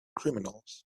criminals